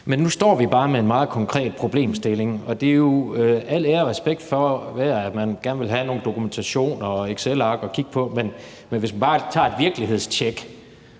Men nu står vi bare med en meget konkret problemstilling, og det er jo al ære og respekt værd, at man gerne vil have nogle dokumentationer og excelark at kigge på, men hvis man bare tager et virkelighedstjek